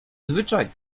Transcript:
zwyczaj